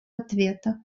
ответа